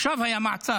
עכשיו היה מעצר.